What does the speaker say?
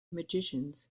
magicians